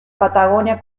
patagonia